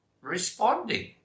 responding